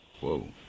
Whoa